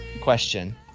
question